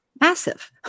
massive